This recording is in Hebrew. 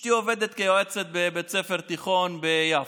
אשתי עובדת כיועצת בבית ספר תיכון ביפו,